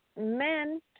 Men